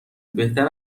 بهتر